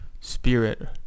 spirit